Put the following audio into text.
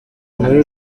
muri